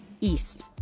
east